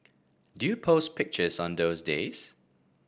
do you post pictures on those days